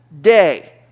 day